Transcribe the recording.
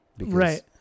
Right